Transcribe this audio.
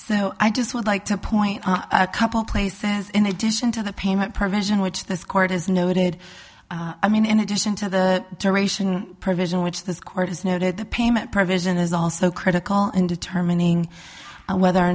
so i just would like to point a couple places in addition to the payment provision which this court has noted i mean in addition to the duration provision which this court has noted the payment provision is also critical in determining whether or